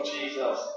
Jesus